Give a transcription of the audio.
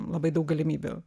labai daug galimybių